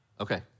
Okay